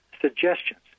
suggestions